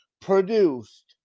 produced